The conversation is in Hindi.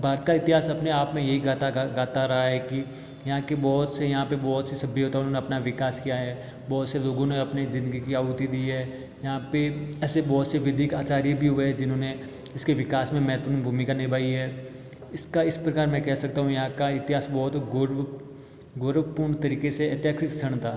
भारत का इतिहास अपने आप में यही गाथा गाता रहा है कि यहाँ की बहुत से यहाँ पे बहुत सी सभ्यताओं ने अपना विकास किया है बहुत से लोगों ने अपने जिंदगी की आहुति दी है यहाँ पे ऐसे बहुत से वैदिक आचार्य भी हुए जिन्होंने इसके विकास में महत्वपूर्ण भूमिका निभाई है इसका इस प्रकार मैं कह सकता हूँ यहाँ का इतिहास बहुत गौरवपूर्ण तरीके से एतिहासिक क्षण था